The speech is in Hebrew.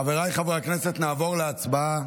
חבריי חברי הכנסת, נעבור להצבעה